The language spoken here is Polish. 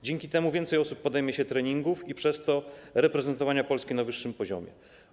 Dzięki temu więcej osób podejmie się treningów i przez to reprezentowania Polski na wyższym poziomie.